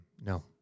no